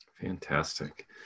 Fantastic